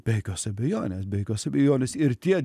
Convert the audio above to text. be jokios abejonės be jokios abejonės ir tie